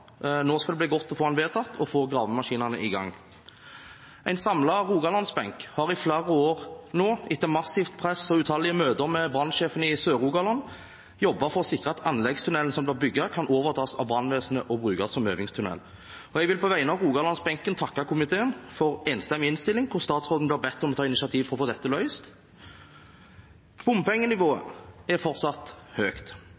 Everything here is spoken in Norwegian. Nå skal det bli godt å få den vedtatt og få gravemaskinene i gang. En samlet Rogalands-benk har i flere år etter massivt press og utallige møter med brannsjefen i Sør-Rogaland jobbet for å sikre at anleggstunnelen som skal bygges, kan overtas av brannvesenet og brukes som øvingstunnel. Jeg vil på vegne av Rogalands-benken takke komiteen for en enstemmig innstilling, der statsråden blir bedt om å ta initiativ for å få dette løst.